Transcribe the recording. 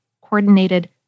coordinated